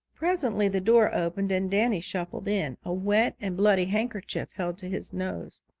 presently the door opened and danny shuffled in, a wet and bloody handkerchief held to his nose.